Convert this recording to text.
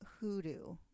hoodoo